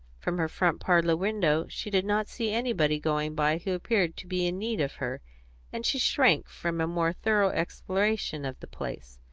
from her front parlour window she did not see anybody going by who appeared to be in need of her and she shrank from a more thorough exploration of the place.